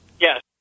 Yes